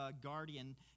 guardian